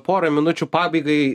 porą minučių pabaigai